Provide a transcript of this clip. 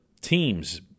teams